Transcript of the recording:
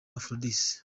aphrodis